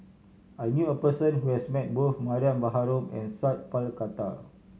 I knew a person who has met both Mariam Baharom and Sat Pal Khattar